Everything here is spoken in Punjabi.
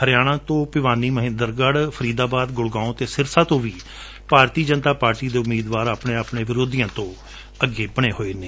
ਹਰਿਆਣਾ ਤੋ ਭਿਵਾਨੀ ਮਹਿੰਦਰਗੜ੍ ਫਰੀਦਾਬਾਦ ਗੁਰਗਰਾਮ ਅਤੇ ਸਿਰਸਾ ਤੋ ਵੀ ਭਾਰਤੀ ਜਨਤਾ ਪਾਰਟੀ ਦੇ ਉਮੀਦਵਾਰ ਆਪਣੇ ਆਪਣੇ ਵਿਰੋਧੀਆਂ ਤੋਂ ਅੱਗੇ ਬਣੇ ਗਏ ਨੇ